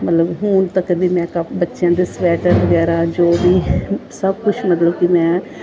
ਮਤਲਬ ਹੁਣ ਤੱਕ ਵੀ ਮੈਂ ਕਾਫੀ ਬੱਚਿਆਂ ਦੇ ਸਵੈਟਰ ਵਗੈਰਾ ਜੋ ਵੀ ਸਭ ਕੁਛ ਮਤਲਬ ਕਿ ਮੈਂ